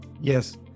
Yes